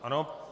Ano.